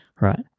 right